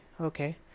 okay